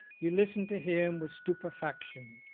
you listened to him with stupefaction.